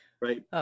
right